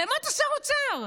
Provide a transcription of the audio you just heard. למה אתה שר אוצר?